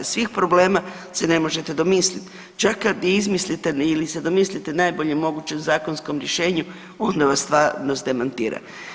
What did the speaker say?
Svih problema se ne možete domisliti, čak kad i izmislite ili se domislite najboljem mogućem zakonskom rješenju, onda vas stvarnost demantira.